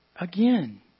again